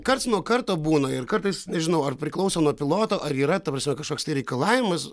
karts nuo karto būna ir kartais nežinau ar priklauso nuo piloto ar yra ta prasme kažkoks reikalavimas